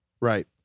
Right